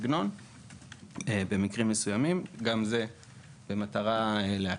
כל הדברים הללו נעשים במטרה להקלה.